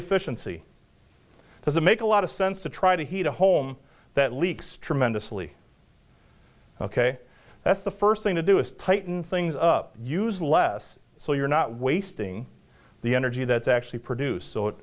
efficiency doesn't make a lot of sense to try to heat a home that leaks tremendously ok that's the first thing to do is tighten things up use less so you're not wasting the energy that's actually produce